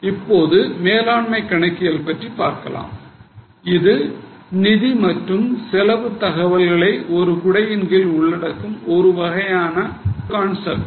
இப்போது மேலாண்மை கணக்கியல் பற்றி பார்க்கலாம் இது நிதி மற்றும் செலவு தகவல்களை ஒரு குடையின் கீழ் உள்ளடக்கும் ஒரு வகையான ஒரு கான்செப்ட்